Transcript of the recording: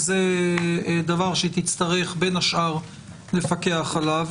זה דבר שהיא תצטרך, בין השאר, לפקח עליו.